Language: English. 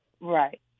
Right